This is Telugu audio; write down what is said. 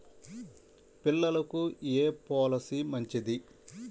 పిల్లలకు ఏ పొలసీ మంచిది?